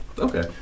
Okay